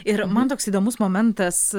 ir man toks įdomus momentas